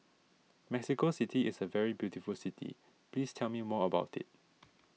Mexico City is a very beautiful city please tell me more about it